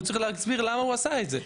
הוא צריך להסביר למה הוא עשה את זה.